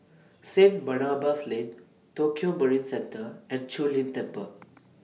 St Barnabas Lane Tokio Marine Centre and Zu Lin Temple